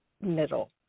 middle